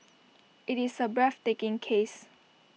IT is A breathtaking case